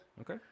Okay